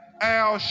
Al